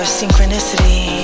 synchronicity